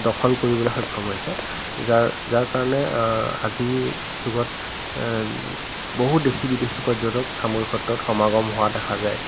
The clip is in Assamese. দখল কৰিবলৈ সক্ষম হৈছে যাৰ যাৰ কাৰণে আজিৰ যুগত বহু দেশী বিদেশী পৰ্যটক চামগুৰিৰ ক্ষেত্ৰত সমাগম হোৱা দেখা যায়